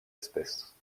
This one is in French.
espèce